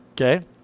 Okay